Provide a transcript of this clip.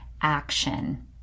action